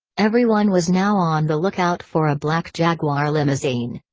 everyone was now on the lookout for a black jaguar limousine.